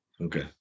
Okay